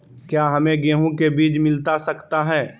क्या हमे गेंहू के बीज मिलता सकता है?